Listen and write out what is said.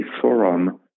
forum